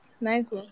Nice